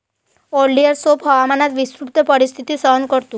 oleander सौम्य हवामानात विस्तृत परिस्थिती सहन करतो